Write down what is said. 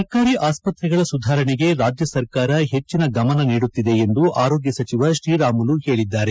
ಸರ್ಕಾರಿ ಆಸ್ಪತ್ರೆಗಳ ಸುಧಾರಣೆಗೆ ರಾಜ್ಯ ಸರ್ಕಾರ ಹೆಚ್ಚಿನ ಗಮನ ನೀಡುತ್ತಿದೆ ಎಂದು ಆರೋಗ್ಯ ಸಚಿವ ಶ್ರೀರಾಮುಲು ಹೇಳಿದ್ದಾರೆ